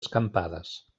escampades